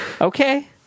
Okay